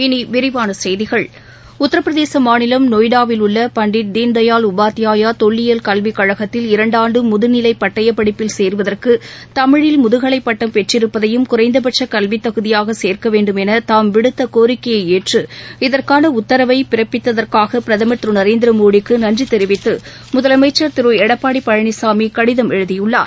இனி விரிவான செய்திகள் உத்தரப்பிரதேசம் மாநிலம் நொய்டாவில் உள்ள பண்டிட் தீன்தயாள் உபாத்யாயா தொல்லியல் கல்விக் கழகத்தில் இரண்டாண்டு முதுநிலை பட்டயப் படிப்பில் சேருவதற்கு தமிழில் முதுகலை பட்டம் பெற்றிருப்பதையும் குறைந்தபட்ச கல்வித் தகுதியாக சேர்க்க வேண்டும் என தாம் விடுத்த கோரிக்கையை ஏற்று இதற்கான உத்தரவை பிறப்பித்தற்காக பிரதமர் திரு நரேந்திர மோடிக்கு நன்றி தெரிவித்து முதலமைச்சர் திரு எடப்பாடி பழனிசாமி கடிதம் எழுதியுள்ளார்